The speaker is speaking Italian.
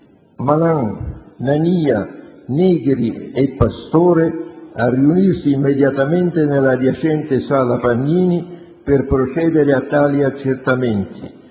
Malan, Nania, Negri e Pastore a riunirsi immediatamente nell'adiacente sala Pannini per procedere a tali accertamenti.